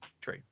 true